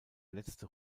letzte